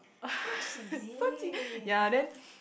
ya then